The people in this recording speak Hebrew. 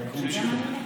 גם אני מקשיבה.